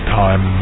time